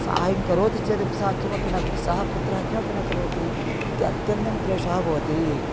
साहायं करोति चेदपि सा किमपि न सः पुत्रः किमपि न करोति इति अत्यन्तं क्लेशः भवति